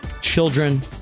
children